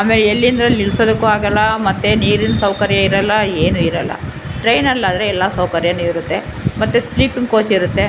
ಆಮೇಲೆ ಎಲ್ಲೆಂದರಲ್ಲಿ ನಿಲ್ಸೋದಕ್ಕೂ ಆಗಲ್ಲ ಮತ್ತೆ ನೀರಿನ ಸೌಕರ್ಯ ಇರಲ್ಲ ಏನೂ ಇರಲ್ಲ ಟ್ರೈನಲ್ಲಾದರೆ ಎಲ್ಲ ಸೌಕರ್ಯವೂ ಇರುತ್ತೆ ಮತ್ತೆ ಸ್ಲೀಪಿಂಗ್ ಕೋಚ್ ಇರುತ್ತೆ